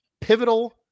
pivotal